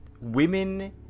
women